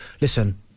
listen